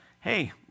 hey